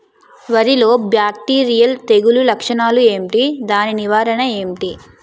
వరి లో బ్యాక్టీరియల్ తెగులు లక్షణాలు ఏంటి? దాని నివారణ ఏంటి?